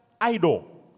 idol